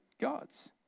gods